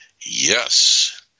Yes